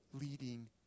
leading